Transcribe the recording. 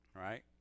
right